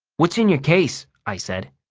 what's in your case? i said.